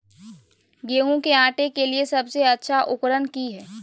गेहूं के काटे के लिए सबसे अच्छा उकरन की है?